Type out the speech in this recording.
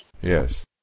Yes